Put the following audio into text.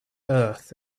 earth